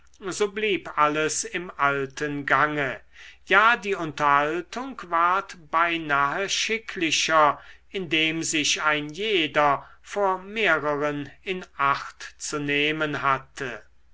so blieb alles im alten gange ja die unterhaltung ward beinahe schicklicher indem sich ein jeder vor mehreren in acht zu nehmen hatte